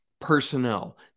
personnel